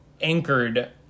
anchored